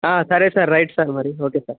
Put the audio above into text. సరే sir right sir మరి okay sir